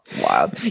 Wow